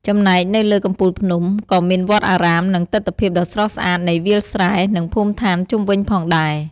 ចំណែកនៅលើកំពូលភ្នំ ក៏មានវត្តអារាម និងទិដ្ឋភាពដ៏ស្រស់ស្អាតនៃវាលស្រែ និងភូមិឋានជុំវិញផងដែរ។